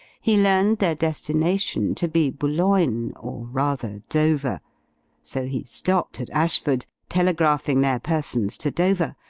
he learned their destination to be boulogne, or rather, dover so he stopped at ashford, telegraphing their persons to dover,